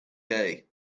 day